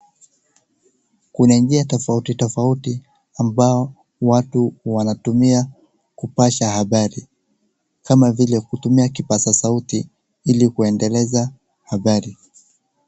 Kuna njia tofauti tofauti ambao watu wanatumia kupasha habari, kama vile kutumia kipaza sauti ili kueneleza habari.